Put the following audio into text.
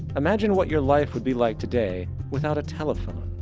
imagine what your life would be like today without a telephone,